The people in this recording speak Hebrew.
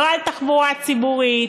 לא על תחבורה ציבורית.